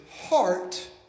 heart